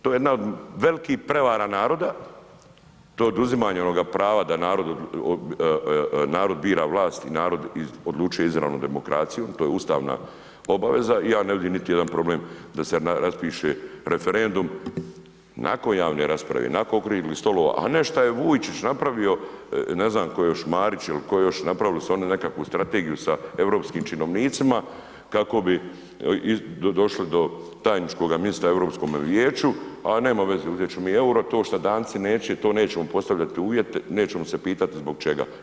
To je jedna od velikih prevara naroda, to je oduzimanja onog prava da narod bira vlast i narod odlučuje o izravnoj demokraciji, to je ustavna obaveza i ja ne vidim niti jedan problem da se raspiše referendum nakon javne rasprave, nakon okruglih stolova a ne šta je Vujčić napravio, ne znam tko još, Marić ili tko još, napravili su oni nekakvu strategiju sa europskim činovnicima kako došli do tajničkog ministara u Europskom vijeću a nema veze, uzet ćemo mi euro, to šta Danci neće, to nećemo postavljati uvjete, nećemo se pitati zbog čega.